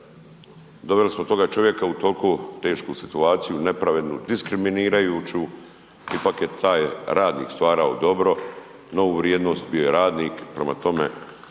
doveli smo toga čovjeka u toliko tešku situaciju, nepravednu, diskriminirajuću, ipak je taj radnik stvarao dobro, novu vrijednost, bio je radnik, prema tome